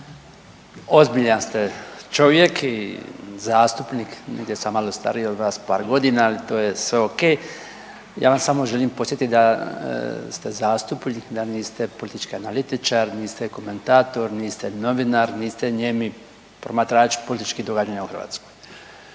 ozbiljan ste čovjek i zastupnik. Negdje sam malo stariji od vas par godina, ali to je sve o.k. Ja vas samo želim podsjetiti da ste zastupnik, da niste politički analitičar, niste komentator, niste novinar, niste nijemi promatrač političkih događanja u Hrvatskoj.